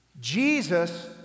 Jesus